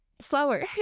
slower